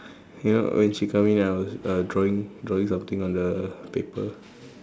you know when she come in I was uh drawing drawing something on the paper